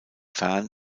fern